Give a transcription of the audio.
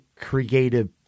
creative